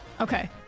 Okay